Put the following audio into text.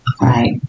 Right